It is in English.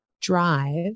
drive